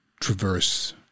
traverse